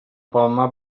palmar